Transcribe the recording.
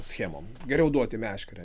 schemom geriau duoti meškerę